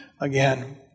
again